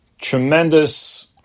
tremendous